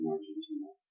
Argentina